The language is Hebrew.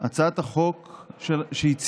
אדוני היושב-ראש,